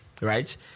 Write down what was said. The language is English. Right